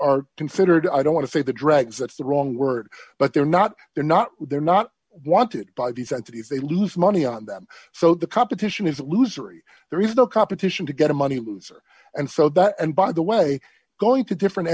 are considered i don't want to say the dregs that's the wrong word but they're not they're not they're not want to buy these entities they lose money on them so the competition is a loser ie there is no competition to get a money loser and so that and by the way going to different